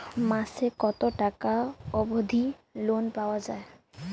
মাসে কত টাকা অবধি লোন পাওয়া য়ায়?